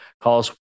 calls